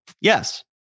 Yes